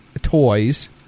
Toys